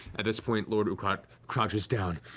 at this point, lord ukurat crouches down,